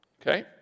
Okay